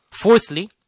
Fourthly